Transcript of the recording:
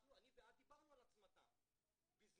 אני ואת דיברנו על הצמתה בזמנו.